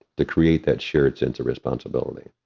to create that shared sense of responsibility.